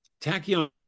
tachyon